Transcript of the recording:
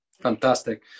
Fantastic